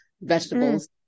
vegetables